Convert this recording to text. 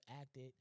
acted